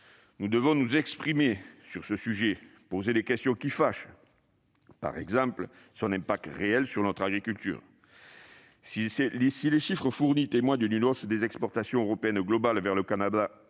Nous devons nous exprimer à ce sujet, poser les questions qui fâchent, comme son impact réel sur notre agriculture. Si les chiffres fournis témoignent d'une hausse des exportations européennes globales vers le Canada